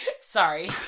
Sorry